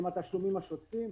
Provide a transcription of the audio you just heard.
שהם התשלומים השוטפים,